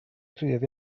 cryf